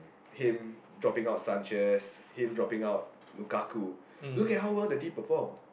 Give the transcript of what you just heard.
him dropping out Sanchez him dropping out Lukaku look at how well the team performed